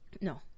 no